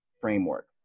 framework